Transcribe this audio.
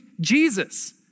Jesus